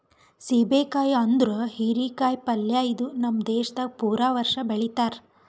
ಸೀಬೆ ಕಾಯಿ ಅಂದುರ್ ಹೀರಿ ಕಾಯಿ ಪಲ್ಯ ಇದು ನಮ್ ದೇಶದಾಗ್ ಪೂರಾ ವರ್ಷ ಬೆಳಿತಾರ್